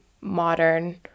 modern